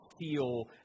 feel